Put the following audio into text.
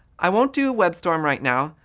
i won't do webstorm right now.